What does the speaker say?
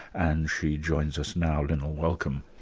and she joins us now linnell, welcome.